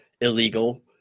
illegal